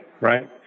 Right